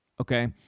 okay